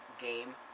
game